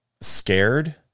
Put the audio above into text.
scared